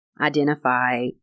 identify